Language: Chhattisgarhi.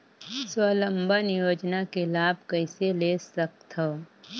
स्वावलंबन योजना के लाभ कइसे ले सकथव?